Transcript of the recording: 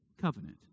covenant